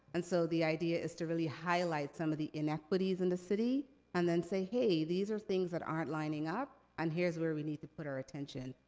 and so, the idea is to really highlight some of the inequities in the city, and then say, hey, these are things that aren't lining up, and here's where we need to put our attention.